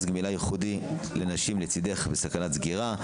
הגמילה הייחודי לנשים "לצידך" בסכנת סגירה.